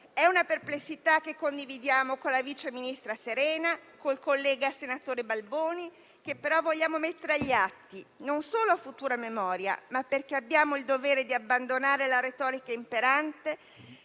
È una perplessità che condividiamo con la vice ministra Sereni e con il collega senatore Balboni, che però vogliamo mettere agli atti, non solo a futura memoria, ma perché abbiamo il dovere di abbandonare la retorica imperante,